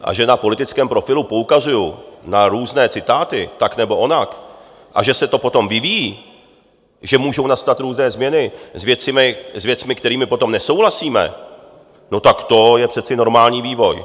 A že na politickém profilu poukazuji na různé citáty tak nebo onak a že se to potom vyvíjí, že můžou nastat různé změny s věcmi, s kterými potom nesouhlasíme, tak to je přece normální vývoj.